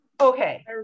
Okay